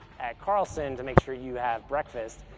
at carlson to make sure you had breakfast,